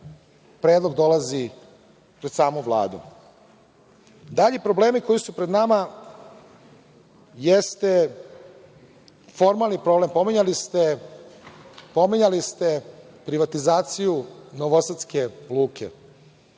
predlog dolazi pred samu Vladu. Dalji problemi koji su pred nama jeste formalni problem. Pominjali ste privatizaciju novosadske luke.